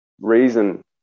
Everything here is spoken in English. reason